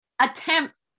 attempt